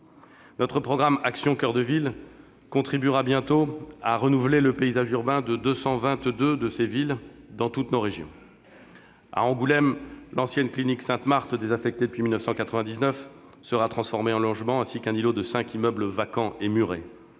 Notre programme Action Coeur de ville contribuera bientôt à renouveler le paysage urbain de 222 de ces villes, dans toutes nos régions. À Angoulême, l'ancienne clinique Sainte-Marthe, désaffectée depuis 1999, sera transformée en logements, ainsi qu'un îlot de cinq immeubles vacants et murés.